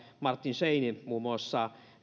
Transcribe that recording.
martin scheinin